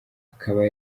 akaba